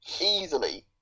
easily